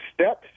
steps